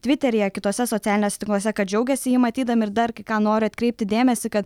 tviteryje kituose socialiniuose tinkluose kad džiaugiasi jį matydami ir dar kai ką noriu atkreipti dėmesį kad